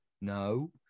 No